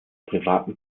privaten